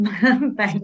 Thanks